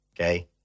Okay